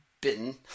bitten